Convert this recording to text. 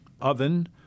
oven